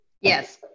yes